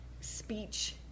speech